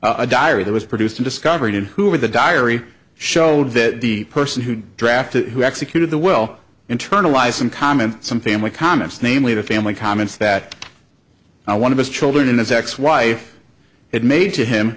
a diary that was produced discovered who are the diary showed that the person who drafted who executed the will internalize and comment some family comments namely the family comments that i one of his children and his ex wife had made to him